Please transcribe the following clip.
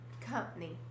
company